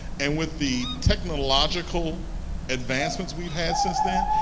and with the technological advancements we've had since then,